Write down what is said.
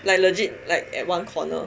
like legit like at one corner